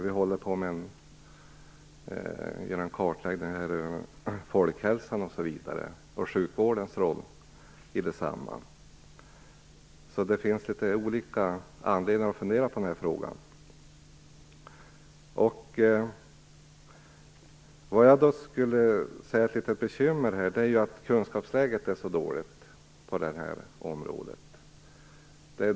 Vi håller på med en kartläggning av folkhälsan och sjukvårdens roll i densamma. Det finns alltså litet olika anledningar för mig att fundera på den här frågan. Det som jag ser som ett bekymmer är att kunskapsläget är så dåligt på det här området.